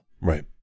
Right